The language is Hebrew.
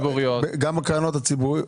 כן, קרנות הן ציבוריות.